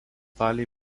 dalį